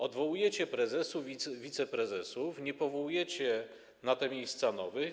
Odwołujecie prezesów, wiceprezesów, nie powołujecie na ich miejsca nowych.